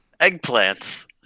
Eggplants